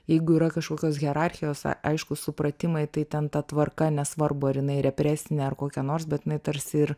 jeigu yra kažkokios hierarchijos aišku supratimai tai ten ta tvarka nesvarbu ar jinai represinė ar kokia nors bet jinai tarsi ir